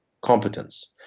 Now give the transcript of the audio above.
competence